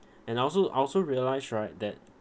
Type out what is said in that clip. and I also I also realise right that